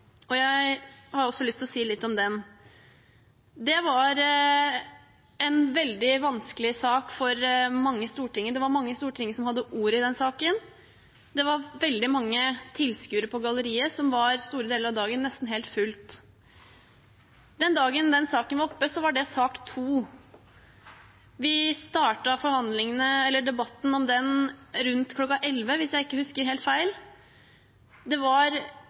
votering. Jeg har også lyst å si litt om det. Det var en veldig vanskelig sak for mange i Stortinget. Det var mange i Stortinget som hadde ordet i den saken. Det var veldig mange tilskuere på galleriet, som store deler av dagen var nesten helt fullt. Den dagen den saken var oppe til behandling, var det sak nr. 2. Vi startet debatten om den saken rundt kl. 11, hvis jeg ikke husker helt feil. Det var